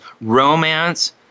Romance